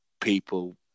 people